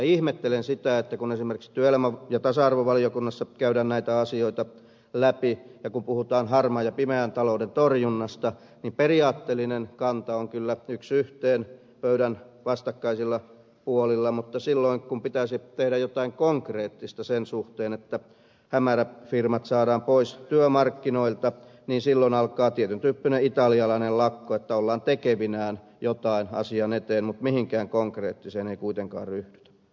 ihmettelen sitä kun esimerkiksi työelämä ja tasa arvovaliokunnassa käydään näitä asioita läpi ja kun puhutaan harmaan ja pimeän talouden torjunnasta että periaatteellinen kanta on kyllä yksi yhteen pöydän vastakkaisilla puolilla mutta silloin kun pitäisi tehdä jotain konkreettista sen suhteen että hämäräfirmat saadaan pois työmarkkinoilta alkaa tietyn tyyppinen italialainen lakko että ollaan tekevinään jotain asian eteen mutta mihinkään konkreettiseen ei kuitenkaan ryhdytä